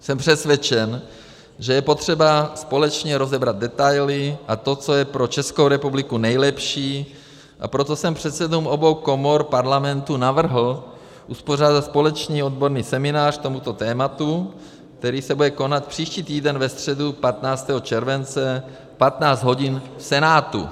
Jsem přesvědčen, že je potřeba společně rozebrat detaily a to, co je pro Českou republiku nejlepší, a proto jsem předsedům obou komor Parlamentu navrhl uspořádat společný odborný seminář k tomuto tématu, který se bude konat příští týden ve středu 15. července v 15 hodin v Senátu.